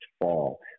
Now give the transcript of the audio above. fall